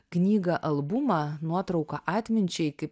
knygą albumą nuotrauką atminčiai kaip